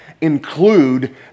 include